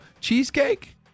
cheesecake